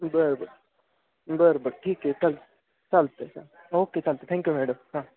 बरं बरं बरं बरं ठीक आहे चाल चालत आहे ओके चालत आहे थँक्यू मॅडम हां